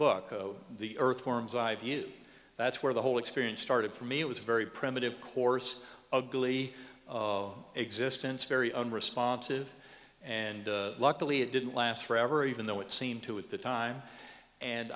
book the earthworms i view that's where the whole experience started for me it was a very primitive course of glee existence very unresponsive and luckily it didn't last forever even though it seemed to at the time and